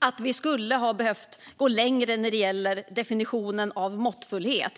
och att man skulle behöva gå längre i definitionen av måttfullhet.